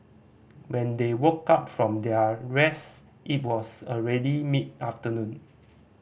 when they woke up from their rest it was already mid afternoon